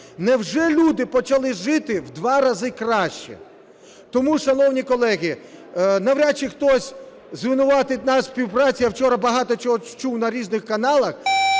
Невже люди почали жити у два рази краще? Тому, шановні колеги, навряд чи хтось звинуватить нас у співпраці, я вчора багато чого чув на різних каналах,